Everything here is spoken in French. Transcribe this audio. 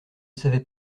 savait